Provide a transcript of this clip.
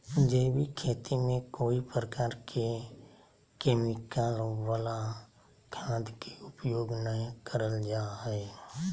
जैविक खेती में कोय प्रकार के केमिकल वला खाद के उपयोग नै करल जा हई